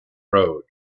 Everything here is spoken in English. road